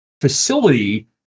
facility